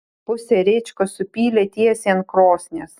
pusę rėčkos supylė tiesiai ant krosnies